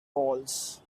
walls